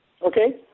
Okay